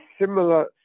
similar